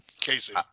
Casey